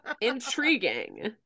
Intriguing